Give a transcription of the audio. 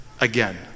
again